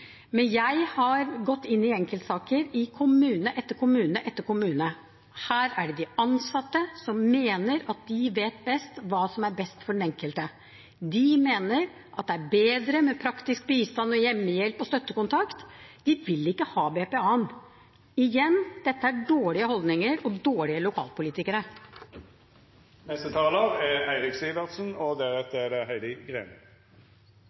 men jeg har gått inn i enkeltsaker i kommune etter kommune etter kommune. Her er det ansatte som mener at de vet best hva som er best for den enkelte. De mener at det er bedre med praktisk bistand og hjemmehjelp og støttekontakt. De vil ikke ha BPA. Igjen: Dette er dårlige holdninger og dårlige lokalpolitikere. Denne debatten demonstrerer at vi alle er